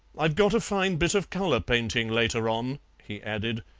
i've got a fine bit of colour painting later on, he added,